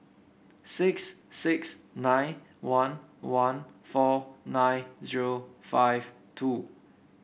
six six nine one one four nine zero five two